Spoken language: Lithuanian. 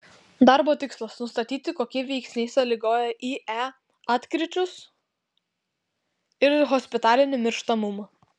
darbo tikslas nustatyti kokie veiksniai sąlygoja ie atkryčius ir hospitalinį mirštamumą